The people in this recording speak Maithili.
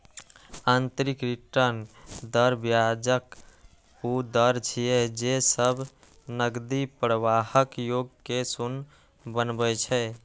आंतरिक रिटर्न दर ब्याजक ऊ दर छियै, जे सब नकदी प्रवाहक योग कें शून्य बनबै छै